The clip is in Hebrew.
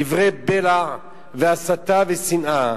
דברי בלע והסתה ושנאה,